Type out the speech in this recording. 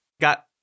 got